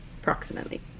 Approximately